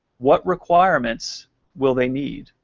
what requirements will they need?